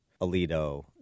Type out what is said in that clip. Alito